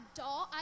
doll